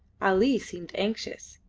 ali seemed anxious.